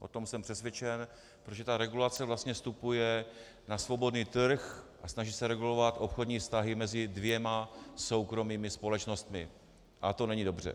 O tom jsem přesvědčen, že ta regulace vlastně vstupuje na svobodný trh a snaží se regulovat obchodní vztahy mezi dvěma soukromými společnostmi a to není dobře.